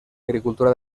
agricultura